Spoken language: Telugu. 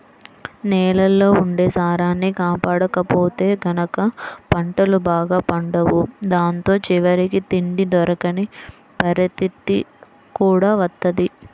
నేలల్లో ఉండే సారాన్ని కాపాడకపోతే గనక పంటలు బాగా పండవు దాంతో చివరికి తిండి దొరకని పరిత్తితి కూడా వత్తది